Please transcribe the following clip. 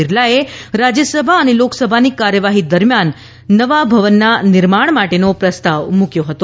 બિરલાએ રાજ્યસભા અને લોકસભાની કાર્યવાહી દરમ્યાન નવા ભવનના નિર્માણ માટેનો પ્રસ્તાવ મૂક્યો હતો